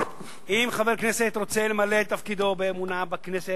אם חבר כנסת רוצה למלא את תפקידו באמונה בכנסת,